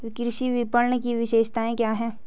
कृषि विपणन की विशेषताएं क्या हैं?